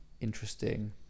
interesting